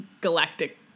galactic